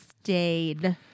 stayed